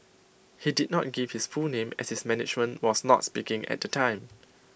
he did not give his full name as his management was not speaking at the time